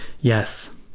Yes